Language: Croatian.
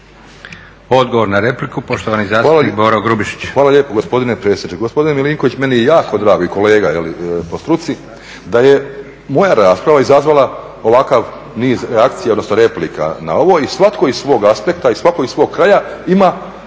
Odgovor na repliku, poštovani zastupnik Boro Grubišić.